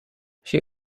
she